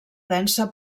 densa